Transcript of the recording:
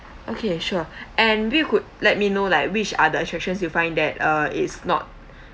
okay sure and we could let me know like which are the attractions you find that uh is not